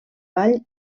ball